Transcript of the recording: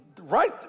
Right